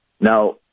Now